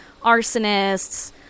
arsonists